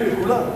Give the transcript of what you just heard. כן, לכולם.